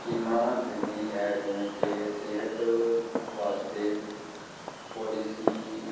ਸਕੀਮਾਂ ਦਿੰਦੀ ਹੈ ਜਿਵੇਂ ਕਿ ਸਿਹਤ ਵਾਸਤੇ ਪੋਲੀਸੀ